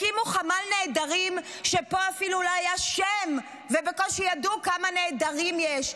הקימו חמ"ל נעדרים כשפה אפילו לא היה שם ובקושי ידעו כמה נעדרים יש.